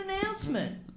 announcement